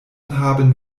haben